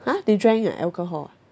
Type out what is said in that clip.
!huh! they drank ah alcohol